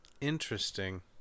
Interesting